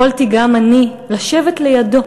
יכולתי גם אני לשבת לידו,